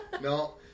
No